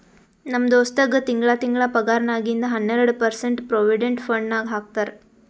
ನಮ್ ದೋಸ್ತಗ್ ತಿಂಗಳಾ ತಿಂಗಳಾ ಪಗಾರ್ನಾಗಿಂದ್ ಹನ್ನೆರ್ಡ ಪರ್ಸೆಂಟ್ ಪ್ರೊವಿಡೆಂಟ್ ಫಂಡ್ ನಾಗ್ ಹಾಕ್ತಾರ್